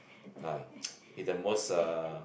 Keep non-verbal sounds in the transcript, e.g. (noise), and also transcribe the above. ah (noise) it's the most uh